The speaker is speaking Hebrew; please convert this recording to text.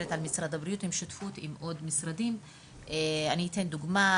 בשותפות עם עוד משרדים ואני אתן דוגמה.